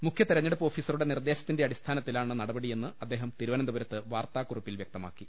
മുഖ്യതെരഞ്ഞെടുപ്പ് ഓഫീസ റുടെ നിർദേശത്തിന്റെ അടിസ്ഥാനത്തിലാണ് നടപടിയെന്ന് അദ്ദേഹം തിരുവനന്തപുരത്ത് വാർത്താകുറിപ്പിൽ അറിയിച്ചു